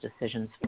decisions